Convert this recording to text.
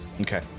Okay